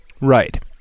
Right